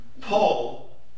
Paul